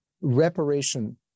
reparation